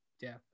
death